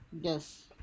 Yes